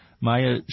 Maya